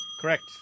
Correct